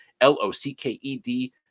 L-O-C-K-E-D